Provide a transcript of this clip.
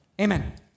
amen